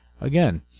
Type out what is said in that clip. Again